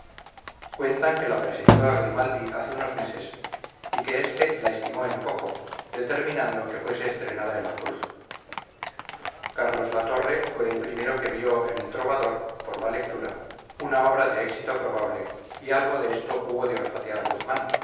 cuentan que la presentó a grimaldi hace unos meses y que este la estimó en poco determinando que fuese estrenada en la cruz carlos latorre fue el primero que vio en el trovador por la lectura una obra de éxito probable y algo de esto hubo de olfatear guzmán